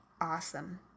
Awesome